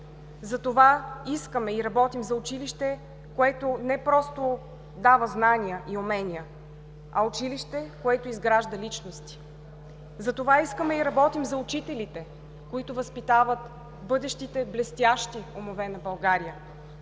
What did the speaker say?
Затова искаме и работим за училище, което не просто дава знания и умения, а училище, което изгражда личности. Затова искаме и работим за учителите, които възпитават бъдещите блестящи умове на България,